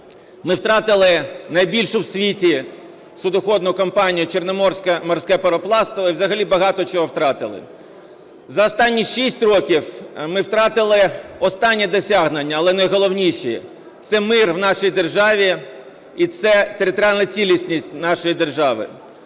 Ми втратили найбільшу у світі судоходну компанію "Чорноморське морське пароплавство", і взагалі багато чого втратили. За останні шість роки ми втратили останні досягнення, але найголовніші - це мир в нашій державі і це територіальна цілісність нашої держави.